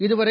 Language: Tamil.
இதுவரை